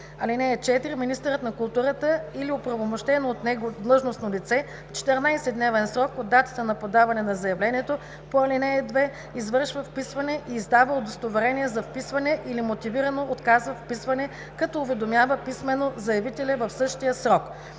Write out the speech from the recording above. услуги. (4) Министърът на културата или оправомощено от него длъжностно лице в 14-дневен срок от датата на подаване на заявлението по ал. 2 извършва вписване и издава удостоверение за вписване или мотивирано отказва вписване, като уведомява писмено заявителя в същия срок.